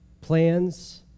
Plans